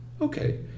okay